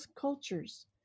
cultures